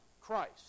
Christ